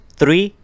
three